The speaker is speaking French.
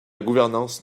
gouvernance